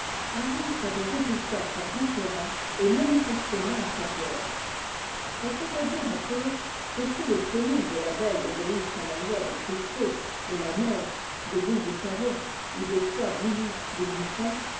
arrivent à des résultats fort différents et manifestement inférieurs on pourrait dire encore que si les cellules de l'abei obéissent à la loi des cristaux de la neige d bulles de savon ou des pois bouillis de buffc